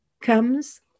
comes